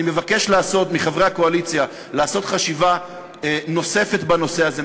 אני מבקש מחברי הקואליציה לעשות חשיבה נוספת בנושא הזה,